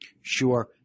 Sure